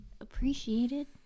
Appreciated